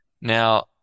Now